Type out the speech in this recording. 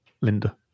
Linda